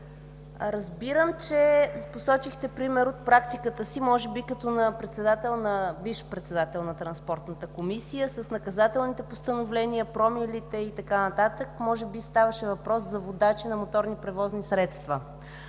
разбирам, че посочихте пример от практиката си може би като бивш председател на Транспортната комисия – с наказателните постановления, промилите и така нататък. Може би ставаше въпрос за водачи на моторни превозни средства.